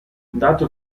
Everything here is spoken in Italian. dato